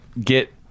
get